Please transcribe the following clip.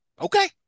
Okay